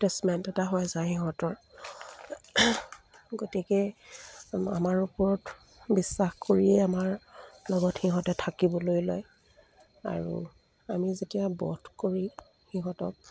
attachment এটা হৈ যায় সিহঁতৰ গতিকে আমাৰ ওপৰত বিশ্বাস কৰিয়ে আমাৰ লগত সিহঁতে থাকিবলৈ লয় আৰু আমি যেতিয়া বধ কৰি সিহঁতক